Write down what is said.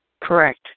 Correct